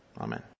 Amen